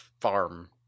farm